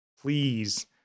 please